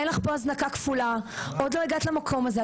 אין לך פה הזנקה כפולה, עוד לא הגעת למקום הזה.